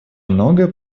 многое